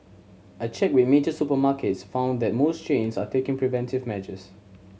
a check with major supermarkets found that most chains are taking preventive measures